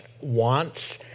wants